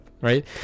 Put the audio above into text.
right